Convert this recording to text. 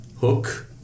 Hook